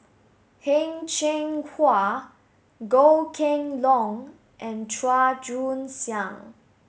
Heng Cheng Hwa Goh Kheng Long and Chua Joon Siang